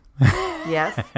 Yes